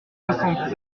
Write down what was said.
soixante